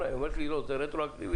והיא אומרת לי שזה מבוטל רטרואקטיבית.